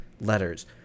letters